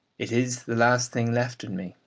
it is the last thing left in me,